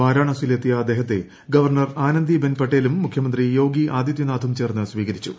വാരാണസിയിൽ എത്തിയ അദ്ദേഹത്തെ ഗവർണർ ആനന്ദി ബെൻ പട്ടേലും മുഖ്യമന്ത്രി യോഗി ആദിത്യനാഥും ചേർന്ന് സ്വീകരിച്ചു